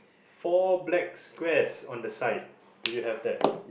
four black squares on the side do you have that